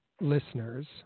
listeners